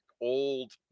old